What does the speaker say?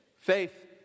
faith